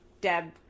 Deb